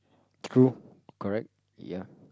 true correct ya